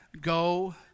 Go